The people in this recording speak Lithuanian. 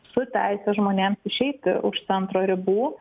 su teise žmonėms išeiti už centro ribų